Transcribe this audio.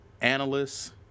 analysts